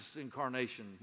incarnation